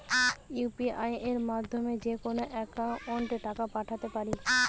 UPI মাধ্যমে যেকোনো একাউন্টে টাকা পাঠাতে পারি?